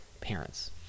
parents